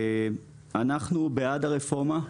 אנחנו בעד הרפורמה.